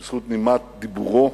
בזכות נימת דיבורו,